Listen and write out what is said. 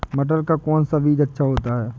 मटर का कौन सा बीज अच्छा होता हैं?